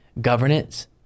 governance